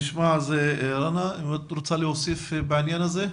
רנא את רוצה להוסיף בעניין הזה?